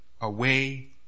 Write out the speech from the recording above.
away